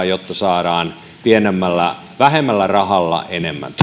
jotta saadaan vähemmällä rahalla enemmän